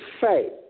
faith